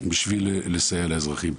בשביל לסייע לאזרחים.